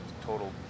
total